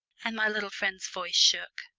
and my little friend's voice shook.